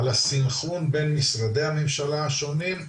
על הסנכרון בין משרדי הממשלה השונים.